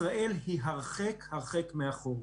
ישראל היא הרחק הרחק מאחור.